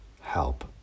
Help